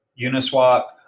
Uniswap